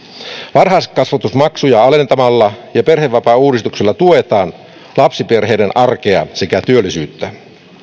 varhaiskasvatusmaksuja alentamalla ja perhevapaauudistuksella tuetaan lapsiperheiden arkea sekä työllisyyttä